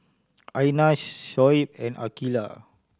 Aina Shoaib and Aqeelah